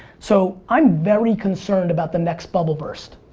so, i'm very concerned about the next bubble burst.